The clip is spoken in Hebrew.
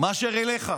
מאשר אליך.